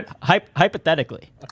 Hypothetically